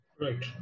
Right